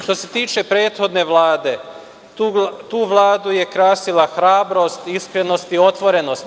Što se tiče prethodne Vlade, tu Vladu je krasila hrabrost, iskrenost i otvorenost.